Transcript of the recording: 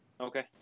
Okay